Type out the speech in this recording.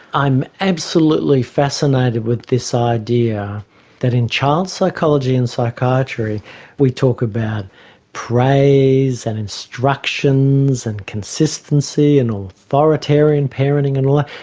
i'm absolutely fascinated with this idea that in child psychology and psychiatry we talk about praise, and instructions and consistency and authoritarian parenting and all ah